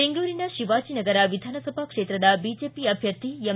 ಬೆಂಗಳೂರಿನ ಶಿವಾಜನಗರ ವಿಧಾನಸಭಾ ಕ್ಷೇತ್ರದ ಬಿಜೆಪಿ ಅಭ್ಯರ್ಥಿ ಎಂ